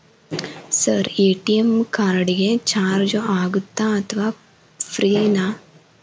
Sir ATM card ಗೆ charge ಆಗುತ್ತಾ ಅಥವಾ ಫ್ರೇ ನಾ?